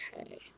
Okay